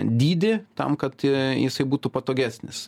dydį tam kad jisai būtų patogesnis